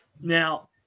Now